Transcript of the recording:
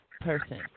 person